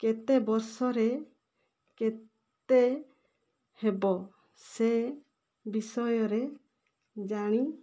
କେତେ ବର୍ଷରେ କେତେ ହେବ ସେ ବିଷୟରେ ଜାଣି